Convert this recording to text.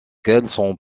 pourvus